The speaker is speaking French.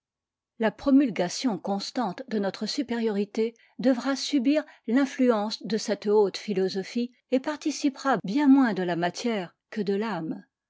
nous tion constante de notre supériorité devra subir l'influence de cette haute philosophie et participera bien moins de la matière que de l'âme